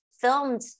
filmed